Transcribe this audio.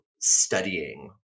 studying